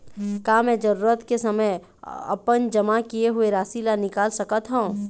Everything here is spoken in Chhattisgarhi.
का मैं जरूरत के समय अपन जमा किए हुए राशि ला निकाल सकत हव?